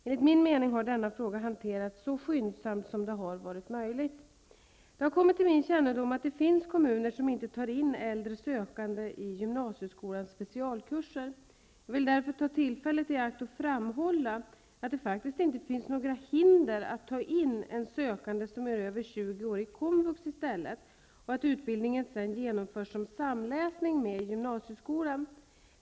Enligt min mening har denna fråga hanterats så skyndsamt som det har varit möjligt. Det har kommit till min kännedom att det finns kommuner som inte tar in äldre sökande i gymnasieskolans specialkurser. Jag vill därför ta tillfället i akt att framhålla att det faktiskt inte finns några hinder att ta in en sökande som är över 20 år i komvux i stället, och att utbildningen sedan genomförs som samläsning med gymnasieskolan.